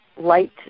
light